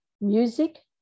music